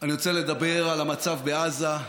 אני רוצה לדבר על המצב בעזה.